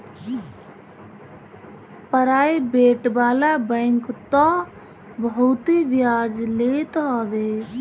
private वाला bank तअ बहुते बियाज लेत हवे